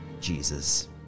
Jesus